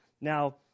Now